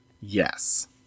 Yes